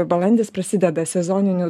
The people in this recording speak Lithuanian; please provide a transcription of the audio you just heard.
balandis prasideda sezoninių